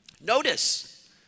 Notice